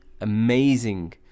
amazing